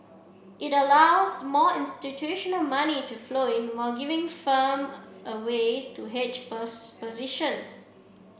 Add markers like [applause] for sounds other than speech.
it allows more institutional money to flow in while giving firms a way to hedge [unintelligible] positions